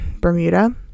Bermuda